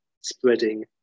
spreading